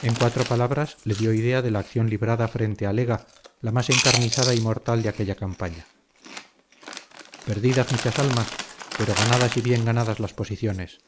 en cuatro palabras le dio idea de la acción librada frente al ega la más encarnizada y mortal de aquella campaña perdidas muchas almas pero ganadas y bien ganadas las posiciones